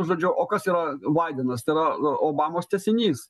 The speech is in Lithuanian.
žodžiu o kas yra baidenas tai yra obamos tęsinys